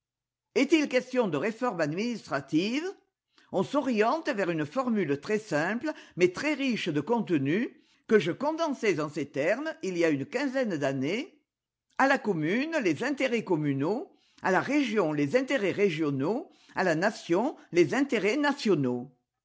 est-il question de réforme administrative on s'oriente vers une formule très simple mais très riche de contenu que je condensais en ces termes il y a une quinzaine d'années a la commune les intérêts communaux à la région les intérêts régionaux à la nation les intérêts nationaux